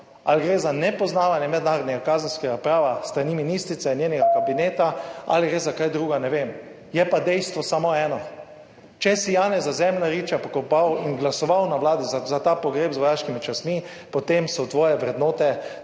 Ali gre za nepoznavanje mednarodnega kazenskega prava s strani ministrice, njenega kabineta ali gre za kaj drugega, ne vem, je pa dejstvo samo eno, če si Janeza Zemljariča pokopal in glasoval na vladi za ta pogreb z vojaškimi častmi, potem so tvoje vrednote